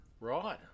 Right